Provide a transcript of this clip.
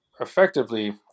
effectively